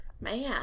man